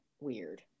weird